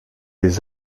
les